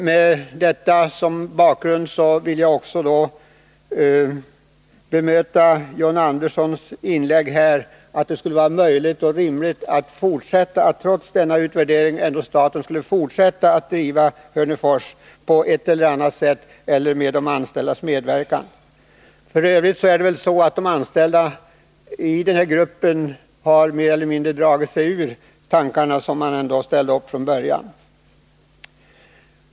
Mot denna bakgrund vill jag bemöta John Anderssons påstående att det skulle vara möjligt och rimligt att staten trots denna utvärdering fortsatte driva Hörnefors på ett eller annat sätt, t.ex. med de anställdas medverkan. F. ö. har väl de anställda i Hörnefors mer eller mindre frångått de tankar de från början ställde upp på.